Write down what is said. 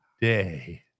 day